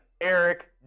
Eric